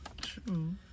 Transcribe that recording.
true